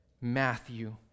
Matthew